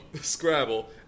Scrabble